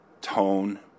tone